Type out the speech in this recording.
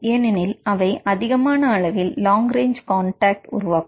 ஏனெனில் அவை அதிகமான அளவில் லாங் ரேஞ்சு காண்டாக்ட் உருவாக்கும்